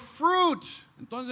fruit